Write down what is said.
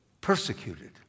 persecuted